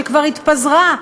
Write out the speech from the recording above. שכבר התפזרה,